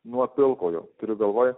nuo pilkojo turiu galvoj